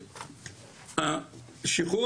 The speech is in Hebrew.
ואנחנו